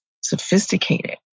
sophisticated